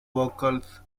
vocals